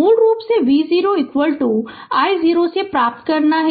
मूल रूप से V0 को i0 से प्राप्त करना है